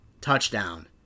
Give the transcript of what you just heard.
touchdown